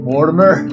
Mortimer